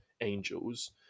angels